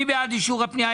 מי בעד אישור הפנייה?